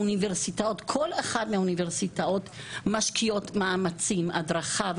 כל אחת מהאוניברסיטאות משקיעות מאמצים והדרכה.